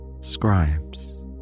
scribes